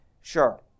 Sure